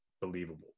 believable